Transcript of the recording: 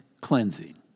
cleansing